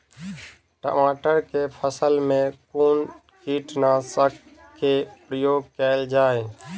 टमाटर केँ फसल मे कुन कीटनासक केँ प्रयोग कैल जाय?